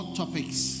topics